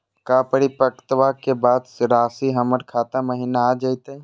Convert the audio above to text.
का परिपक्वता के बाद रासी हमर खाता महिना आ जइतई?